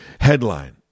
headline